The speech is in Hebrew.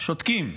שותקים.